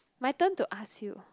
my turn to ask you